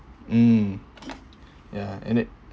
mm ya and it